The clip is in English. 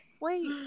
Wait